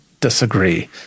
disagree